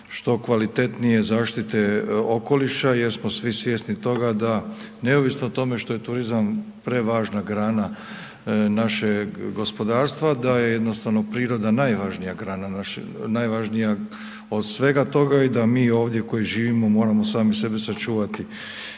što kvalitetnije zaštite okoliša jer smo svi svjesni toga da neovisno o tome što je turizam prevažna grana našeg gospodarstva, da je jednostavno priroda najvažnija grana, najvažnija od svega toga i da mi ovdje koji živimo moramo sami sebe sačuvati.